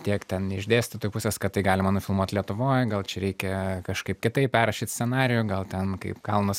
tiek ten iš dėstytojų pusės kad tai galima nufilmuot lietuvoj gal čia reikia kažkaip kitaip perrašyt scenarijų gal ten kaip kalnus